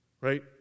Right